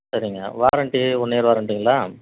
சரிங்க warranty one year வாரண்ட்டிங்களா